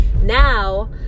Now